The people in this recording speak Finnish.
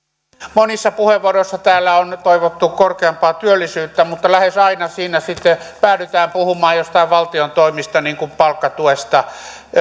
monissa puheenvuoroissa täällä on nyt toivottu korkeampaa työllisyyttä mutta lähes aina siinä sitten päädytään puhumaan joistain valtion toimista niin kuin palkkatuesta